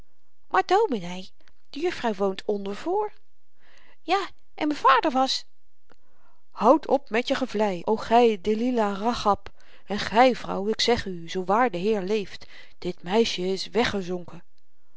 maar dominee de juffrouw woont onder voor ja en m'n vader was houd op met je gevlei o gy delilah rachab en gy vrouw ik zeg u zoowaar de heer leeft dit meisjen is weggezonken